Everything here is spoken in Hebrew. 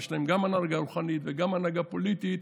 יש להם גם הנהגה רוחנית וגם הנהגה פוליטית,